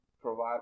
provide